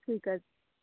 ਠੀਕ ਆ